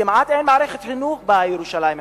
כמעט אין מערכת חינוך בירושלים המזרחית,